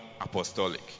apostolic